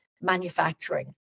manufacturing